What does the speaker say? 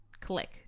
click